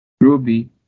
Ruby